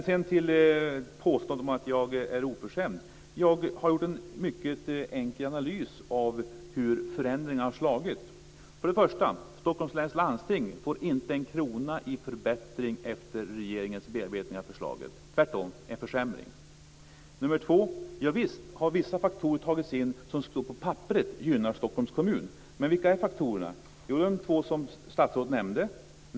Sedan var det påståendet om att jag var oförskämd. Jag har gjort en mycket enkel analys av hur förändringen har slagit. För det första: Stockholms läns landsting får inte en krona i förbättring efter regeringens bearbetning av förslaget. Tvärtom blir det en försämring. För det andra: Visst har vissa faktorer tagits in som på papperet gynnar Stockholms kommun. Men vilka är faktorerna? Jo, det är de två som statsrådet nämnde.